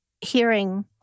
hearing